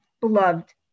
beloved